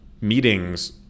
meetings